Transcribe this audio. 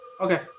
Okay